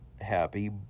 happy